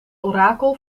orakel